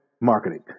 marketing